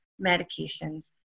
medications